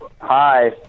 Hi